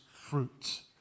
fruit